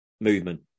movement